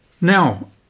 Now